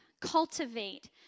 cultivate